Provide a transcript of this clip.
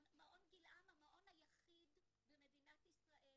מעון 'גילעם', המעון היחיד במדינת ישראל